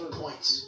points